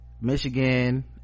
michigan